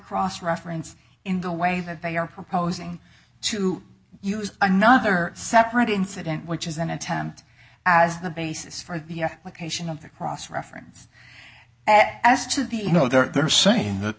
cross referenced in the way that they are proposing to use another separate incident which is an attempt as the basis for the location of the cross reference as to the you know they're saying that